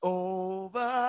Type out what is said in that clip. over